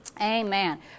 Amen